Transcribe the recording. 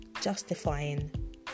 justifying